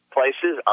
places